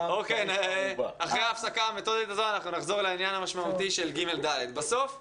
ובכך שתאפשרו לכיתות ג'-ד' ללמוד יותר ולא בקפסולות,